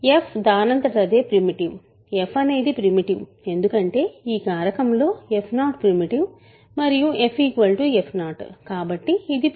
f దానంతట అదే primitive f అనేది ప్రిమిటివ్ ఎందుకంటే ఈ కారకంలో f0 ప్రిమిటివ్ మరియు f f0 కాబట్టి ఇది ప్రిమిటివ్